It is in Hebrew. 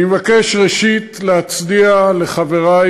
אני מבקש, ראשית, להצדיע לחברי